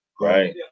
right